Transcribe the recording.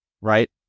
Right